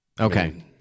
Okay